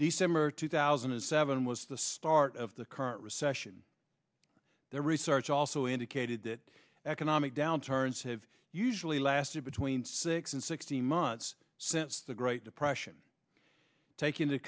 december two thousand and seven was the start of the current recession their research also indicated that economic downturns have usually lasted between six and sixteen months since the great depression take into